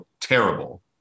terrible